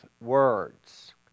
words